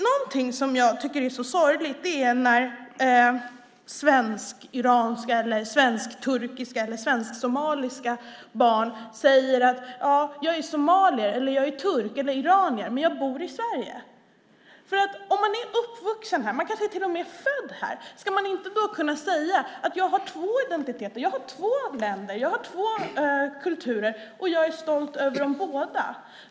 Någonting som jag tycker är så sorgligt är när svensk-iranska eller svensk-turkiska eller svensk-somaliska barn säger: Jag är somalier eller jag är turk eller jag är iranier, men jag bor i Sverige. Ska man inte, om man är uppvuxen här och kanske till och med är född här, kunna säga att man har två identiteter, att man har två länder, att man har två kulturer och att man är stolt över dem båda?